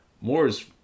Moore's